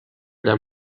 than